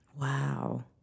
Wow